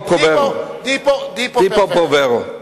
דיפו-פרורה.